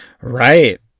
Right